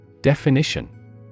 Definition